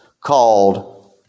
called